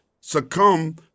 succumb